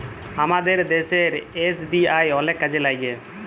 আমাদের দ্যাশের এস.বি.আই অলেক কাজে ল্যাইগে